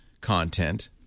content